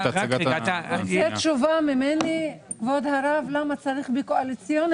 אם אתה רוצה תשובה ממני לשאלה למה צריך בהסכמים קואליציוניים